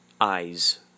eyes